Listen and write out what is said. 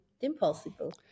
impossible